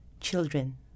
Children